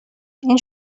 این